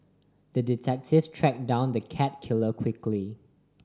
the detective tracked down the cat killer quickly